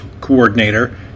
coordinator